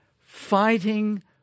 Fighting